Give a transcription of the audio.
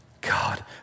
God